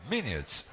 Minutes